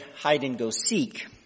hide-and-go-seek